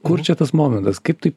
kur čia tas momentas kaip tai